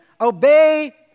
obey